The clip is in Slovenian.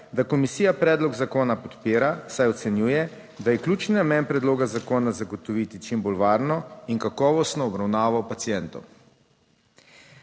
da komisija predlog zakona podpira, saj ocenjuje, da je ključni namen predloga zakona zagotoviti čim bolj varno in kakovostno obravnavo pacientov.